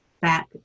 back